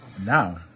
now